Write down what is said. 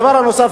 הדבר הנוסף,